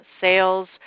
sales